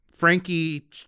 Frankie